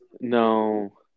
no